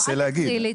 אל תקריא לי.